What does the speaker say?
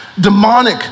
demonic